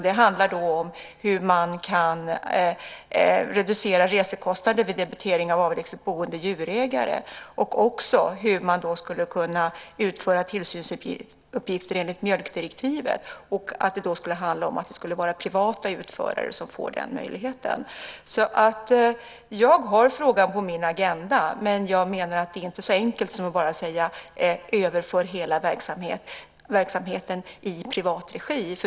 Det handlar om hur man kan reducera resekostnader vid debitering av avlägset boende djurägare och också om hur man skulle kunna utföra tillsynsuppgifter enligt mjölkdirektivet. Det skulle då handla om privata utförare som skulle få den möjligheten. Jag har frågan på min agenda, men jag menar att det inte är så enkelt som att bara säga: Överför hela verksamheten i privat regi!